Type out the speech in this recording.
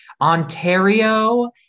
ontario